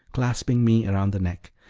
clasping me round the neck.